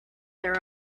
their